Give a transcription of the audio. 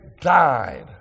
died